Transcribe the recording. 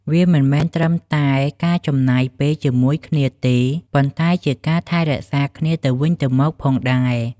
វាមិនមែនត្រឹមតែការចំណាយពេលជាមួយគ្នាទេ ប៉ុន្តែជាការថែរក្សាគ្នាទៅវិញទៅមកផងដែរ។